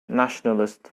nationalist